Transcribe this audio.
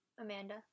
Amanda